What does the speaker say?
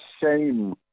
shame